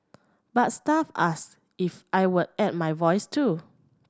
but staff asked if I would add my voice too